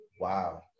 Wow